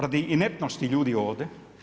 Radi inertnosti ljudi ovdje.